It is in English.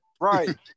Right